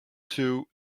two